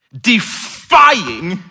defying